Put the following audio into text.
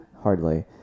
hardly